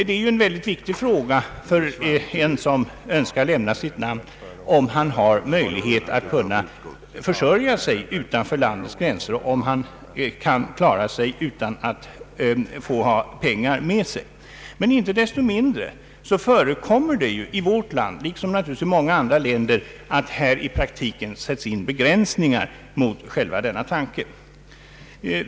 Det är en mycket viktig fråga för den som önskar lämna sitt land om han kan försörja sig utanför landets gränser och om han kan klara sig utan att få ta pengar med sig. Inte desto mindre förekommer det i vårt land liksom i många andra länder att man i praktiken sätter in begränsningar mot själva denna tanke.